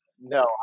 no